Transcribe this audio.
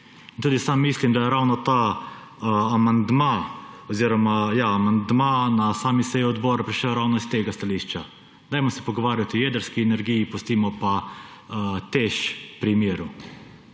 Tudi sam mislim, da je ravno ta amandma oziroma ja amandma na sami seji odbora prišel ravno s tega stališča: pogovarjajmo se o jedrski energiji, pustimo pa TEŠ pri miru.